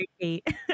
Kate